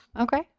Okay